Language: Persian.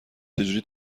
چجوری